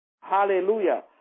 hallelujah